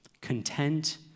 Content